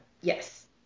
Yes